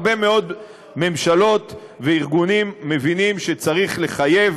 הרבה מאוד ממשלות וארגונים מבינים שצריך לחייב,